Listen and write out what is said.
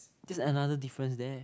that's another difference there